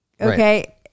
Okay